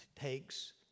takes